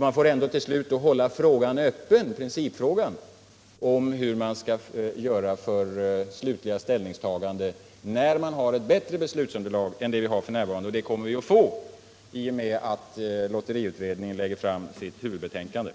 Man bör hålla principfrågan öppen om det slutliga ställningstagandet tills man har ett bättre beslutsunderlag än f. n., och det kommer vi att få i och med att lotteriutredningen lägger fram sitt huvudbetänkande.